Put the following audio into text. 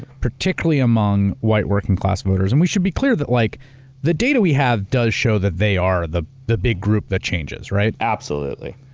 particularly among white working class voters, and we should be clear that like the data we have does show that they are the the big group that changes, right? absolutely.